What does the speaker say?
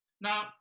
Now